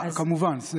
כמובן.